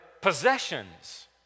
possessions